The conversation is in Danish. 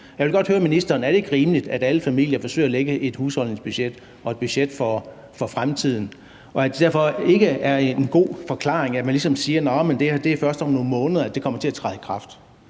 Jeg vil godt høre ministeren: Er det ikke rimeligt, at alle familier forsøger at lægge et husholdningsbudget og et budget for fremtiden, og at det derfor ikke er en god forklaring, at man siger, at det først er om nogle måneder, at det her kommer til at træde i kraft?